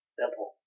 simple